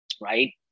Right